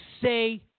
say